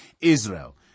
Israel